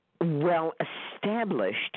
well-established